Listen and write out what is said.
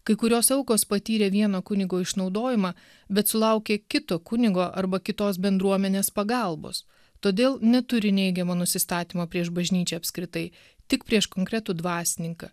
kai kurios aukos patyrė vieno kunigo išnaudojimą bet sulaukė kito kunigo arba kitos bendruomenės pagalbos todėl neturi neigiamo nusistatymo prieš bažnyčią apskritai tik prieš konkretų dvasininką